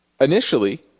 initially